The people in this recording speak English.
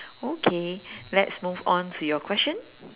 okay let's move on to your question